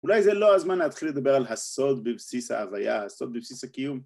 אולי זה לא הזמן להתחיל לדבר על הסוד בבסיס ההוויה, הסוד בבסיס הקיום?